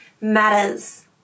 matters